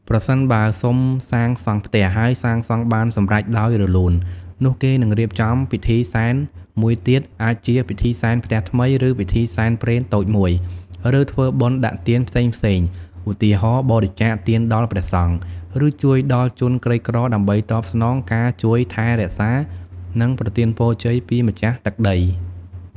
ប្រសិនបើសុំសាងសង់ផ្ទះ ហើយសាងសង់បានសម្រេចដោយរលូន នោះគេនឹងរៀបចំពិធីសែនមួយទៀត អាចជាពិធីសែនផ្ទះថ្មី ឬពិធីសែនព្រេនតូចមួយ ឬធ្វើបុណ្យដាក់ទានផ្សេងៗ ឧទាហរណ៍ បរិច្ចាគទានដល់ព្រះសង្ឃ ឬជួយដល់ជនក្រីក្រ ដើម្បីតបស្នងការជួយថែរក្សា និងប្រទានពរជ័យពីម្ចាស់ទឹកដី។